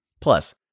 Plus